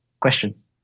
questions